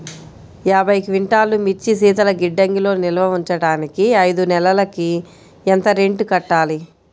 యాభై క్వింటాల్లు మిర్చి శీతల గిడ్డంగిలో నిల్వ ఉంచటానికి ఐదు నెలలకి ఎంత రెంట్ కట్టాలి?